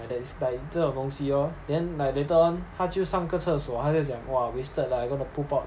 and then it's like 这种东西咯 then like later on 他就上个厕所他就讲 !wah! wasted leh I gonna poop up